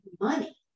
money